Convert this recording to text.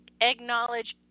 acknowledge